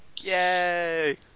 Yay